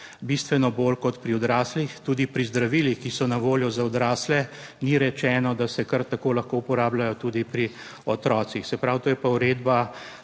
bistveno bolj kot pri odraslih tudi pri zdravilih, ki so na voljo za odrasle ni rečeno, da se kar tako lahko uporabljajo tudi pri otrocih. Se pravi, to je pa uredba